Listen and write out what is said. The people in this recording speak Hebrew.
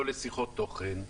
לא לשיחות תוכן.